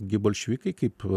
gi bolševikai kaip